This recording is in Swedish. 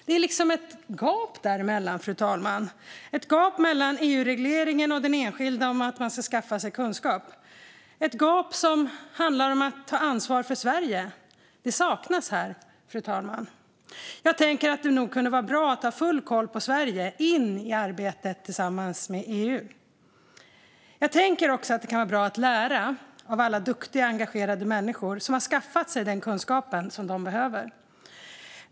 Det är liksom ett gap däremellan, fru talman, ett gap mellan EU-regleringen och att den enskilde ska skaffa sig kunskap. Det är ett gap när det gäller att ta ansvar för Sverige. Det saknas här, fru talman. Jag tänker att det nog kunde vara bra att ha full koll på Sverige i arbetet tillsammans med EU. Det kan också vara bra att lära av alla duktiga, engagerade människor som har skaffat sig den kunskap som de behöver.